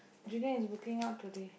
junior is booking out today